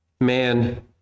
Man